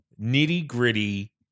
nitty-gritty